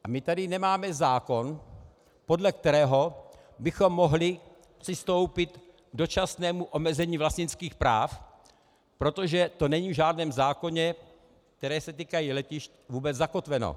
A my tady nemáme zákon, podle kterého bychom mohli přistoupit k dočasnému omezení vlastnických práv, protože to není v žádném zákoně, které se týkají letišť, vůbec zakotveno.